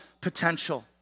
potential